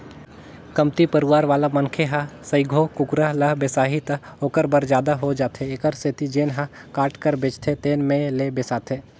कमती परवार वाला मनखे ह सइघो कुकरा ल बिसाही त ओखर बर जादा हो जाथे एखरे सेती जेन ह काट कर बेचथे तेन में ले बिसाथे